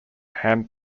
hand